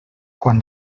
quan